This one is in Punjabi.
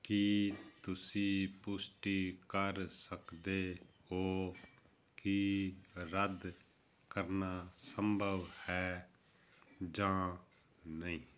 ਕੀ ਤੁਸੀਂ ਪੁਸ਼ਟੀ ਕਰ ਸਕਦੇ ਹੋ ਕਿ ਰੱਦ ਕਰਨਾ ਸੰਭਵ ਹੈ ਜਾਂ ਨਹੀਂ